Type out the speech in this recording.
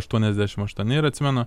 aštiuoniasdešimt aštuoni ir atsimenu